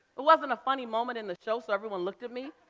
it wasn't a funny moment in the show, so everyone looked at me.